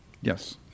Yes